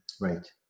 right